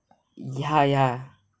ya ya